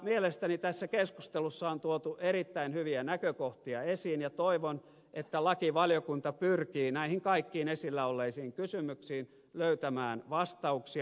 mielestäni tässä keskustelussa on tuotu erittäin hyviä näkökohtia esiin ja toivon että lakivaliokunta pyrkii näihin kaikkiin esillä olleisiin kysymyksiin löytämään vastauksia